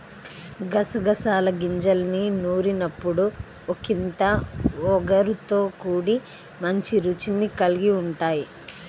గసగసాల గింజల్ని నూరినప్పుడు ఒకింత ఒగరుతో కూడి మంచి రుచిని కల్గి ఉంటయ్